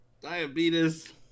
diabetes